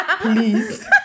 please